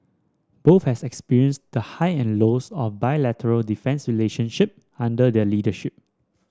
both have experienced the high and lows of bilateral defence relationship under their leadership